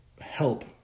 help